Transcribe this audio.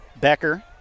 Becker